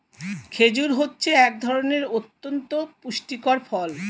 খেজুর হচ্ছে এক ধরনের অতন্ত পুষ্টিকর ফল